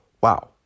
Wow